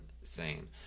insane